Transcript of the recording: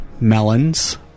Melons